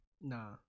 Nah